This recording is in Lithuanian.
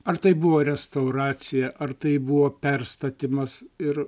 ar tai buvo restauracija ar tai buvo perstatymas ir